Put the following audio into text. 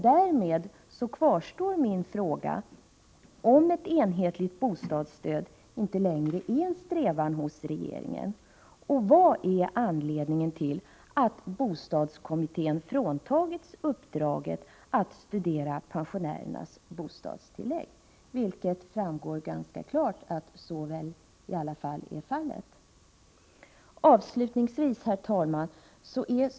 Därmed kvarstår min fråga, om ett enhetligt bostadsstöd inte längre är en strävan hos regeringen. Vad är anledningen till att bostadskommittén fråntagits uppdraget att studera pensionärernas bostadstillägg? Det framgår ju ganska klart att så är fallet. Avslutningsvis, herr talman!